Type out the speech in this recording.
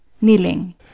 kneeling